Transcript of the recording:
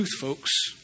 folks